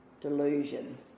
Delusion